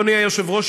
אדוני היושב-ראש,